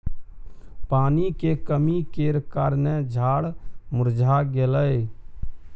पानी के कमी केर कारणेँ झाड़ मुरझा गेलै